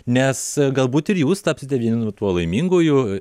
nes galbūt ir jūs tapsite vienu tuo laiminguoju